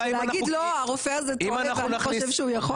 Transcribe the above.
להגיד לא הרופא הזה טועה ואני חושב שהוא יכול?